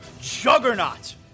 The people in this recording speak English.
juggernaut